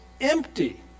empty